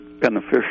beneficial